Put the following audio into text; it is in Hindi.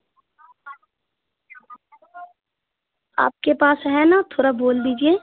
आपके पास है न थोड़ा बोल दीजिए